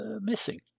missing